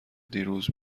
دیروز